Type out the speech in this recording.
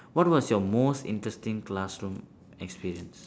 what was your most interesting classroom experience